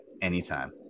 anytime